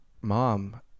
mom